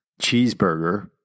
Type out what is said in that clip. cheeseburger